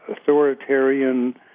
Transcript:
authoritarian